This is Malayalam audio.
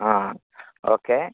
ആ ഓക്കെ